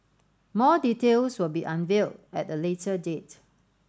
more details will be unveiled at a later date